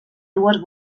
dues